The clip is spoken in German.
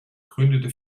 gründete